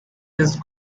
just